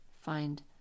find